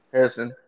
Harrison